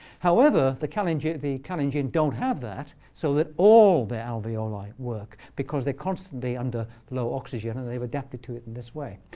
however, the kalenjin the kalenjin don't have that so that all the alveoli work, because they're constantly under the low oxygen. and they've adapted to it this way.